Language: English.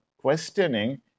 questioning